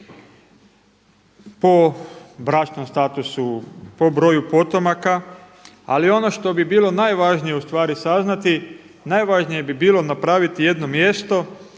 po bračnom statusu, po broju potomaka, ali ono što bilo najvažnije ustvari saznati, najvažnije bi bilo napraviti jedno mjesto